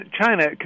China